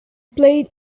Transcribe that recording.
played